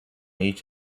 each